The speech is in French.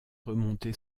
remonter